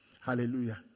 Hallelujah